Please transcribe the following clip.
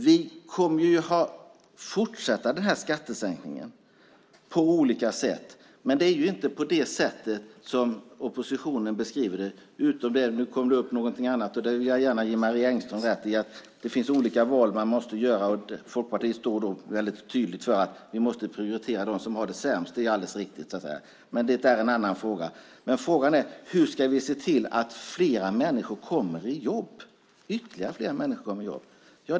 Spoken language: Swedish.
Vi kommer att fortsätta med skattesänkningar på olika sätt. Men det är inte så oppositionen beskriver det. Men jag vill gärna ge Marie Engström rätt i att det finns olika val som måste göras, och Folkpartiet står tydligt för att prioritera dem som har det sämst. Det är alldeles riktigt. Men det är en annan fråga. Hur ska vi se till att fler människor kommer i jobb?